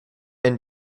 and